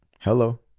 Hello